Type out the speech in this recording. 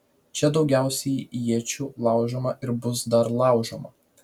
čia daugiausiai iečių laužoma ir bus dar laužoma